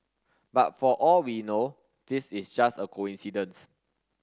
but for all we know this is just a coincidence